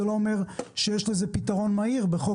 זה לא אומר שיש לזה פתרון מהיר בחוק